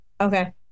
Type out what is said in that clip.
Okay